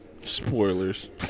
Spoilers